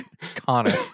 Connor